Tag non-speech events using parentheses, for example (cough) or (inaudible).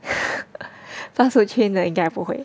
(laughs) fast food chain 的应该不会